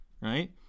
right